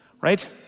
Right